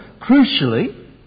crucially